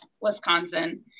Wisconsin